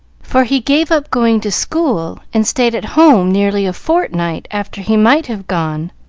for he gave up going to school, and stayed at home nearly a fortnight after he might have gone,